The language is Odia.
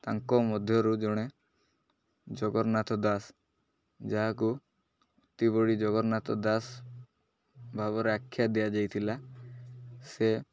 ତାଙ୍କ ମଧ୍ୟରୁ ଜଣେ ଜଗନ୍ନାଥ ଦାସ ଯାହାକୁ ଅତିବଡୀ ଜଗନ୍ନାଥ ଦାସ ଭାବରେ ଆଖ୍ୟା ଦିଆଯାଇଥିଲା ସେ